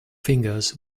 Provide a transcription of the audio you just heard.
fingers